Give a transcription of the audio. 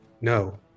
no